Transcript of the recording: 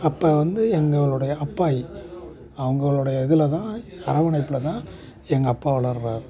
அப்போ வந்து எங்களுடைய அப்பாயி அவங்களுடைய இதில்தான் அரவணைப்பில்தான் எங்கள் அப்பா வளர்கிறாரு